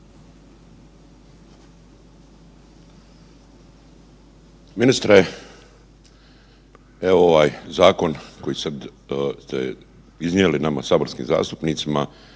Ministre, evo ovaj zakon koji ste iznijeli nama saborskim zastupnicima